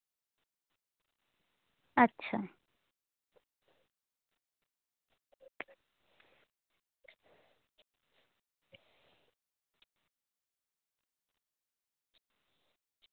ᱟᱪᱪᱷᱟ